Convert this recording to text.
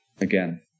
again